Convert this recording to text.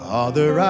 Father